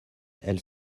elle